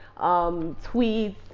tweets